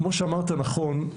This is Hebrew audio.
כמו שאמרת נכון,